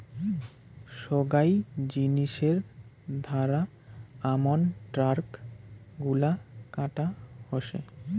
সোগায় জিনিসের ধারা আমন ট্যাক্স গুলা কাটা হসে